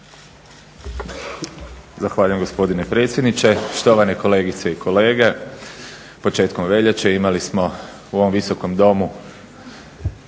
Zahvaljujem gospodine predsjedniče, štovane kolegice i kolege. Početkom veljače imali smo u ovom Visokom domu